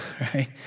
right